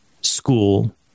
school